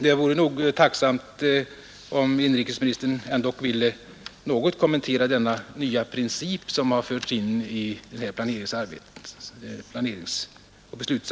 Det vore tacknämligt om inrikesministern något ville kommentera den nya princip som införts.